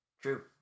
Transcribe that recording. True